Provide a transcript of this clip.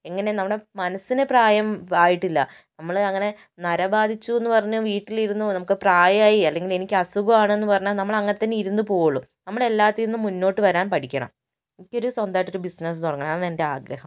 ഇങ്ങനെ നമ്മുടെ മനസ്സിന് പ്രായം ആയിട്ടില്ല നമ്മള് അങ്ങനെ നര ബാധിച്ചു എന്ന് പറഞ്ഞ് വീട്ടിലിരുന്ന് നമുക്ക് പ്രായമായി അല്ലെങ്കിൽ എനിക്ക് അസുഖമാണ് എന്ന് പറഞ്ഞാൽ നമ്മൾ അങ്ങനെ തന്നെ ഇരുന്ന് പോകുകയേ ഉള്ളു നമ്മൾ എല്ലാത്തിൽ നിന്നും മുന്നോട്ട് വരാൻ പഠിക്കണം എനിക്ക് ഒരു സ്വന്തമായിട്ട് ഒരു ബിസിനസ് തുടങ്ങണം അതാണ് എൻ്റെ ആഗ്രഹം